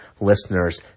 listeners